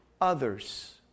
others